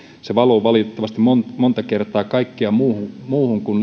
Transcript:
se valuu valitettavasti monta monta kertaa kaikkeen muuhun kuin